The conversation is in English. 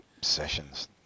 sessions